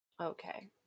Okay